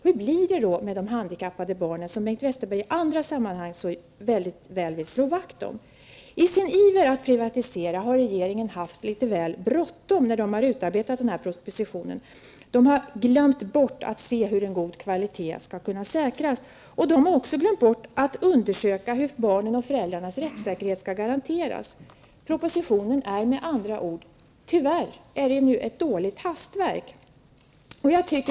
Hur blir det då med de handikappade barnen, som Bengt Westerberg i andra sammanhang vill slå vakt om? I sin iver att privatisera har regeringen haft litet väl bråttom när man har utarbetat den här propositionen. Man har glömt bort att se efter hur en god kvalitet skall kunna säkras och också att undersöka hur barnens och föräldrarnas rättssäkerhet skall kunna garanteras. Med andra ord: propositionen är tyvärr ett dåligt hastverk.